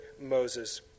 Moses